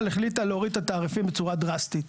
החליטה להוריד את התעריפים בצורה דרסטית.